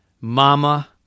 Mama